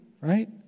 Right